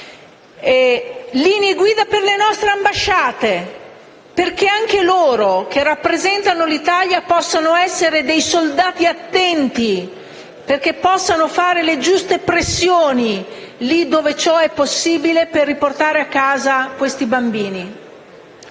linee guida per le nostre ambasciate, affinché anche loro, che rappresentano l'Italia, possano essere dei soldati attenti e possano fare le giuste pressioni, laddove è possibile, per riportare a casa questi bambini.